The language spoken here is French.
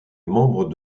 membre